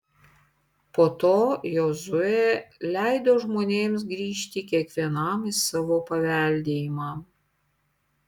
po to jozuė leido žmonėms grįžti kiekvienam į savo paveldėjimą